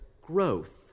growth